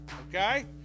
Okay